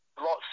lots